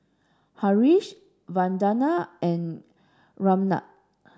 Haresh Vandana and Ramnath